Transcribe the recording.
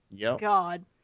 God